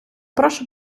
прошу